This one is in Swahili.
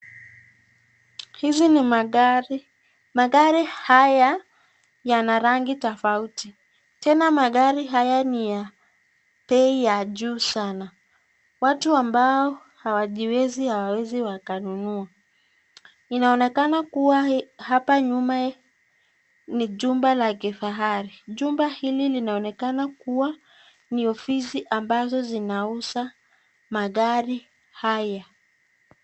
Hizi ni magari, magari haya yana rangi tafauti tena magari haya ni ya bei ya juu sana, watu ambao hawajiwezi hawawezi wakanunua , iaonekana kuwa hapa nyuma ni jumba la kifahari jumba hili linaonekana kuwa ni ofisi ambazo zinauza magari haya.